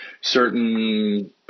certain